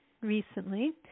recently